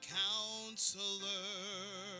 counselor